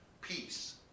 peace